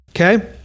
okay